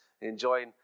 enjoying